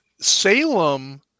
Salem